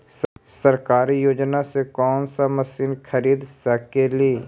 सरकारी योजना से कोन सा मशीन खरीद सकेली?